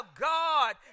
God